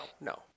no